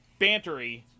bantery